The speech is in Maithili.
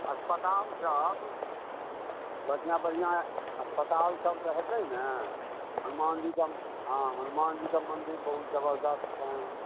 अस्पतालसब बढ़िआँ बढ़िआँ अस्पतालसब तऽ हेतै ने हनुमानजीके हँ हनुमानजीके मन्दिर बहुत जबरदस्त छनि